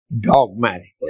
dogmatically